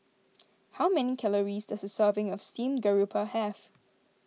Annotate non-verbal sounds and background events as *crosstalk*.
*noise* how many calories does a serving of Steamed Garoupa have